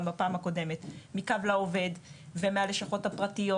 בפעם הקודמת מקו לעובד וגם מהלשכות הפרטיות